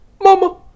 Mama